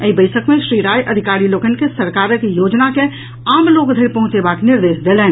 एहि बैसक मे श्री राय अधिकारी लोकनि के सरकारक योजना के आम लोक धरि पहुंचेबाक निर्देश देलनि